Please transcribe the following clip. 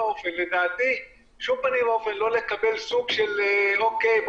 לדעתי לא לקבל בשום פנים ואופן סוג של אוקי,